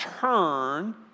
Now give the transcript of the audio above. turn